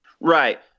Right